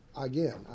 again